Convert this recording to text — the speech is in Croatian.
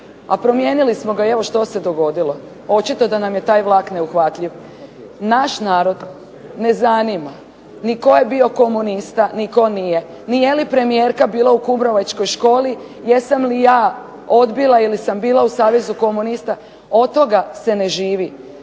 A promijenili smo ga i evo što se dogodilo. Očito da nam je taj vlak neuhvatljiv. Naš narod ne zanima ni tko je bio komunista ni tko nije, ni je li premijerka bila u kumrovečkoj školi, jesam li ja odbila ili sam bila u Savezu komunista, od toga se ne živi.